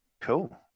Cool